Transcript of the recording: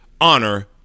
honor